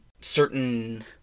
certain